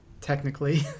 Technically